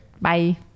bye